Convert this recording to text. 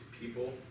people